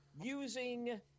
using